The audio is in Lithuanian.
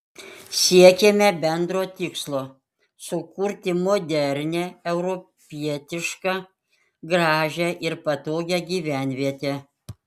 siekėme bendro tikslo sukurti modernią europietišką gražią ir patogią gyvenvietę